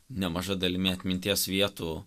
nemaža dalimi atminties vietų